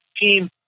team